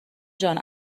جان